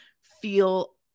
feel